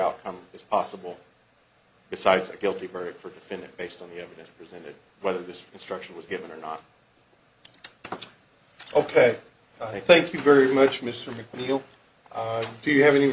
outcome is possible besides a guilty verdict for definitive based on the evidence presented whether this instruction was given or not ok i thank you very much mr mcneil do you have any